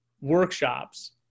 workshops